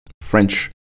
French